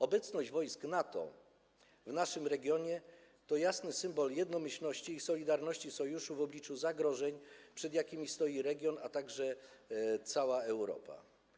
Obecność wojsk NATO w naszym regionie to jasny symbol jednomyślności i solidarności Sojuszu w obliczu zagrożeń, przed jakimi stoi region, a także cała Europa.